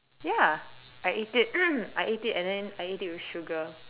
ya I ate it I ate it and then I ate it with sugar